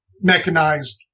mechanized